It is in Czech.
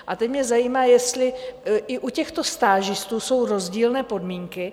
A teď mě zajímá, jestli i u těchto stážistů jsou rozdílné podmínky.